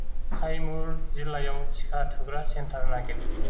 काइमुर जिल्लायाव टिका थुग्रा सेन्टार नागिर